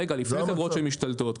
רגע, לפני חברות שמשתלטות.